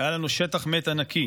היה לנו שטח מת ענק.